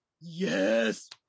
yes